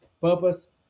Purpose